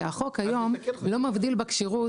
כי החוק היום לא מבדיל בכשירות,